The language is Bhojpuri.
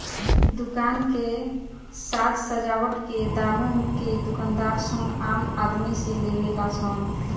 दुकान के साज सजावट के दामो के दूकानदार सन आम आदमी से लेवे ला सन